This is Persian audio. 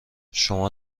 شما